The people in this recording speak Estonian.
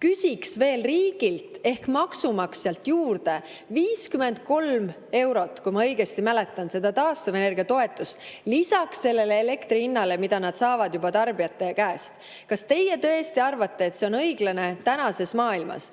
küsiks veel riigilt ehk maksumaksjalt juurde 53 eurot, kui ma õigesti mäletan, taastuvenergia toetust lisaks elektri hinnale, mida nad saavad juba tarbijate käest? Kas teie tõesti arvate, et see on õiglane tänases maailmas?